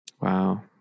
Wow